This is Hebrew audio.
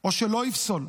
או שלא יפסול,